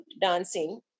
dancing